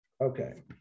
Okay